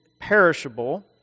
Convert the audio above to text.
perishable